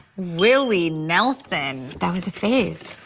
willie nelson. that was a phase.